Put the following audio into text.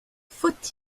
faut